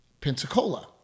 Pensacola